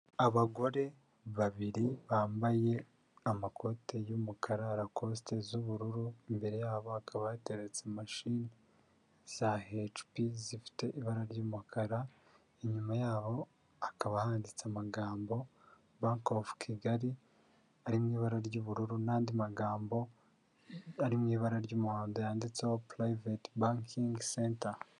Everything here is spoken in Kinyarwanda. Abagore babiri bambaye amakoti y'umukara, rakosite z'ubururu, imbere yabo akaba yateretse imashini za HP zifite ibara ry'umukara, inyuma yabo hakaba handitse amagambo banki ofu Kigali ari mu ibara ry'ubururu, n'andi magambo ari mu ibara ry'umuhondo yanditseho purayiveti bankingi senta.